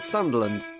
Sunderland